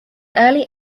early